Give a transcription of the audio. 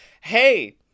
hey